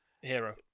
Hero